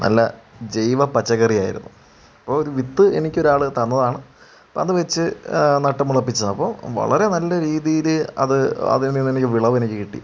നല്ല ജൈവ പച്ചക്കറിയായിരുന്നു ഇപ്പോൾ ഒരു വിത്ത് എനിക്കൊരാൾ തന്നതാണ് ഇപ്പോഴത് വച്ച് നട്ടു മുളപ്പിച്ചതാണ് അപ്പോൾ വളരെ നല്ല രീതിയിൽ അത് അതിൽ നിന്നെനിക്ക് വിളവെനിക്ക് കിട്ടി